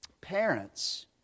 parents